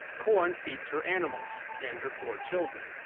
corn feeds her animals and her four children.